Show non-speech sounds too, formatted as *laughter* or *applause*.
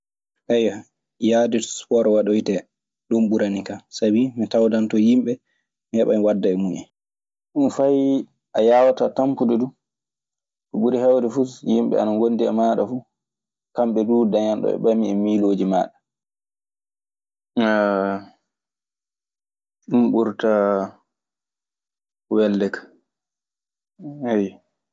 *hesitation* yahde spor waɗoytee. Ɗun ɓuranikan, sabi mi tawdan ton yimɓe, mi heɓan wadda e mun en. Ɗun fay a yaawataa tampude duu. Ko ɓuri heewde fuu, so yimɓe ana ngonndi e maaɗa fuu, kamɓe duu, dañan ɗo ɓe ɓami e miilooji maaɗa. *hesitation* Ɗun ɓurta welde ka. Ayyo.